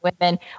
women